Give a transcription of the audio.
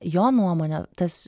jo nuomone tas